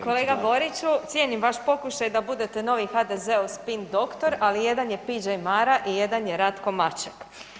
Kolega Boriću cijenim vaš pokušaj da bude novi HDZ-ov spin doktor, ali jedan je P.J. Mara i jedan je Ratko Maček.